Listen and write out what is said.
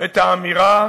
את האמירה